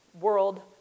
world